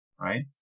right